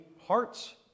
hearts